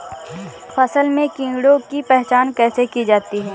फसल में कीड़ों की पहचान कैसे की जाती है?